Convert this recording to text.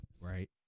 right